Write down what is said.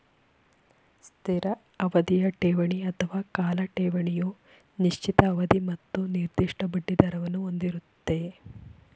ಸ್ಥಿರ ಅವಧಿಯ ಠೇವಣಿ ಅಥವಾ ಕಾಲ ಠೇವಣಿಯು ನಿಶ್ಚಿತ ಅವಧಿ ಮತ್ತು ನಿರ್ದಿಷ್ಟ ಬಡ್ಡಿದರವನ್ನು ಹೊಂದಿರುತ್ತೆ